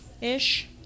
Ish